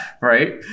right